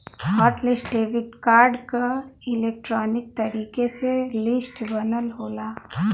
hot list debit card क electronic तरीके से लिस्ट बनल होला